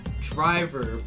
driver